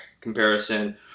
comparison